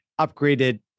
upgraded